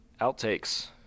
outtakes